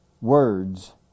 words